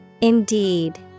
Indeed